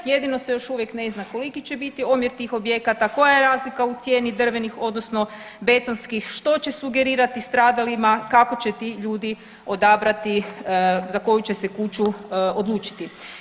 Jedino se još uvijek ne zna koliki će biti omjer tih objekata, koja je razlika u cijeni drvenih odnosno betonskih, što će sugerirati stradalima, kako će ti ljudi odabrati za koju će se kuću odlučiti.